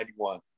1991